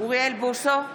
אוריאל בוסו,